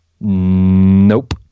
Nope